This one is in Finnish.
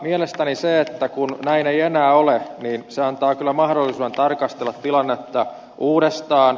mielestäni se että näin ei enää ole antaa kyllä mahdollisuuden tarkastella tilannetta uudestaan